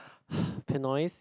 pinoys